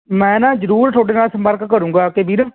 ਮੈਂ ਨਾ ਜ਼ਰੂਰ ਤੁਹਾਡੇ ਨਾਲ ਸੰਪਰਕ ਕਰੂੰਗਾ ਆ ਕੇ ਵੀਰ